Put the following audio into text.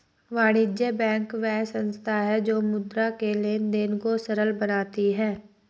वाणिज्य बैंक वह संस्था है जो मुद्रा के लेंन देंन को सरल बनाती है